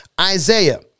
Isaiah